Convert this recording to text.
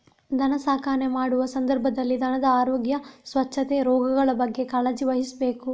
ದನ ಸಾಕಣೆ ಮಾಡುವ ಸಂದರ್ಭದಲ್ಲಿ ದನದ ಆರೋಗ್ಯ, ಸ್ವಚ್ಛತೆ, ರೋಗಗಳ ಬಗ್ಗೆ ಕಾಳಜಿ ವಹಿಸ್ಬೇಕು